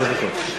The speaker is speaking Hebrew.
שלוש דקות.